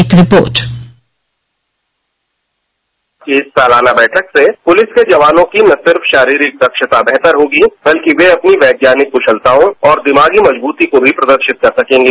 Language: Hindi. एक रिपोर्ट इस सालाना बैठक में पुलिस के जवानों की न सिर्फ शारीरिक दक्षता बेहतर होगी बल्कि वे अपनी वैज्ञानिक कुशलताओँ और दिमागी मजबूती को भी प्रदर्शित कर सकेंगे